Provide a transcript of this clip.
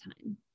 time